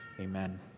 Amen